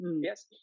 yes